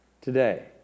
today